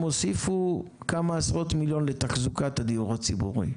הם הוסיפו כמה עשרות מיליון לתחזוקת הדיור הציבורי,